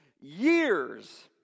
years